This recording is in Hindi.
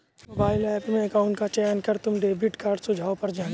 मोबाइल ऐप में अकाउंट का चयन कर तुम डेबिट कार्ड सुझाव पर जाना